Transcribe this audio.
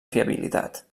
fiabilitat